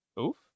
Oof